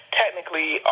technically